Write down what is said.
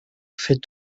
fait